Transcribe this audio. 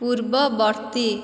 ପୂର୍ବବର୍ତ୍ତୀ